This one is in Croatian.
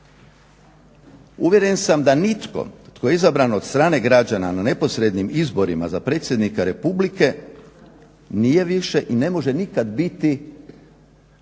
Uvjeren sam da nitko tko je izabran od strane građana na neposrednim izborima za predsjednika republike nije više i ne može nikad biti,